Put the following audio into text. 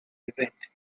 event